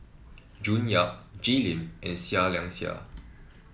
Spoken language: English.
June Yap Jay Lim and Seah Liang Seah